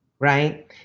right